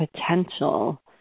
Potential